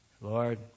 Lord